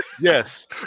yes